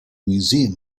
museum